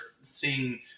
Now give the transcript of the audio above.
seeing